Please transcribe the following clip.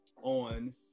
on